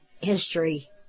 history